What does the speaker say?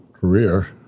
career